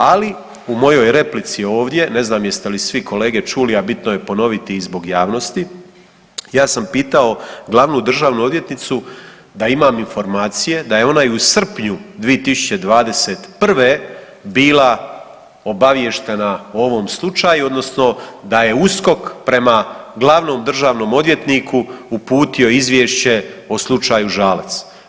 Ali, u mojoj replici ovdje, ne znam jeste li svi kolege čuli, a bitno je ponoviti i zbog javnosti, ja sam pitao Glavnu državnu odvjetnicu da imam informacije da je ona i u srpnju 2021. bila obavještena o ovom slučaju, odnosno da je USKOK prema Glavnom državnom odvjetniku uputio Izvješće o slučaju Žalac.